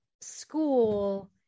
school